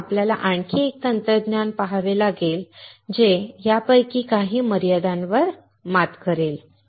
म्हणून आपल्याला आणखी एक तंत्रज्ञान पहावे लागेल जे यापैकी काही मर्यादांवर मात करेल